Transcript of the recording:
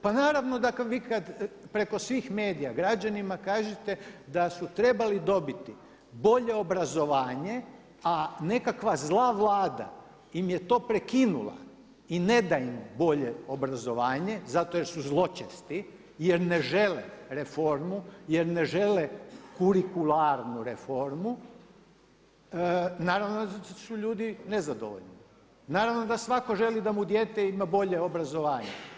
Pa naravno da vi kad preko svih medija građanima kažete da su trebali dobiti bolje obrazovanje a nekakva zla Vlada im je to prekinula i ne da im bolje obrazovanje zato jer su zločesti, jer ne žele reformu, jer ne žele kurikularnu reformu naravno da su ljudi nezadovoljni, naravno da svako želi da mu dijete ima bolje obrazovanje.